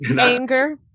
Anger